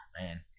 man